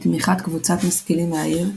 בתמיכת קבוצת משכילים מהעיר,